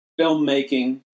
filmmaking